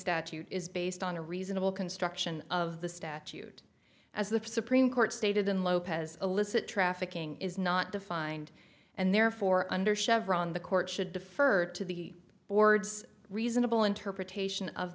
statute is based on a reasonable construction of the statute as the supreme court stated in lopez illicit trafficking is not defined and therefore under chevron the court should defer to the board's reasonable interpretation of